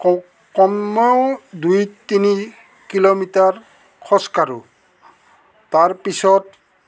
কমেও দুই তিনি কিলোমিটাৰ খোজকাঢ়োঁ তাৰ পিছত